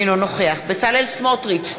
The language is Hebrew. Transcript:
אינו נוכח בצלאל סמוטריץ,